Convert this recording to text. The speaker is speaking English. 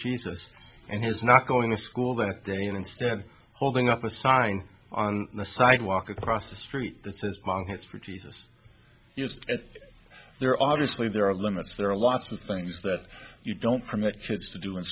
jesus and he's not going to school that day and instead holding up a sign on the sidewalk across the street that says he's for jesus is there obviously there are limits there are lots of things that you don't permit kids to do in